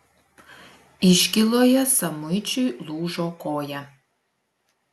iškyloje samuičiui lūžo koja